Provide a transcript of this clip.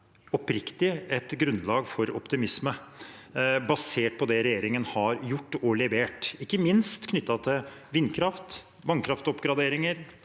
oppriktig et grunnlag for optimisme basert på det regjeringen har gjort og levert – ikke minst knyttet til vindkraft, vannkraftoppgraderinger